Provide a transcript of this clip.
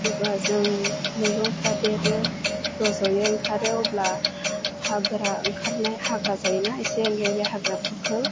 जेब्ला जों मैगंफ्रा देरो रज'यो ओंखारो अब्ला हाग्रा ओंखारनाय हाग्रा जायोना एसे एनै बे हाग्राफोरखौ